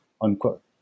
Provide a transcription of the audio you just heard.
unquote